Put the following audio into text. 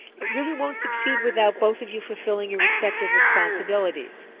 it really won't succeed without both of you fulfilling your respective responsibilities.